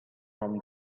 from